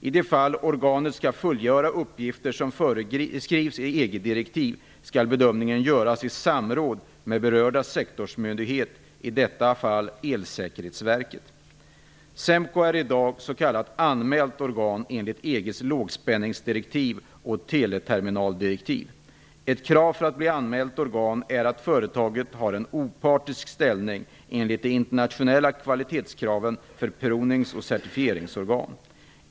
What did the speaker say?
I de fall organet skall fullgöra uppgifter som föreskrivs i EG-direktiv skall bedömningen göras i samråd med berörd sektorsmyndighet, i detta fall Elsäkerhetsverket. SEMKO är i dag s.k. anmält organ enligt EG:s lågspänningsdirektiv och teleterminaldirektiv. Ett krav för att bli anmält organ är att företaget har en opartisk ställning enligt de internationella kvalitetskraven för provnings och certifieringsorgan.